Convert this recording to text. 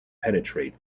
penetrate